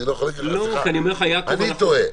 אני טועה.